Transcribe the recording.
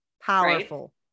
Powerful